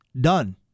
done